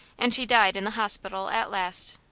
and she died in the hospital at last.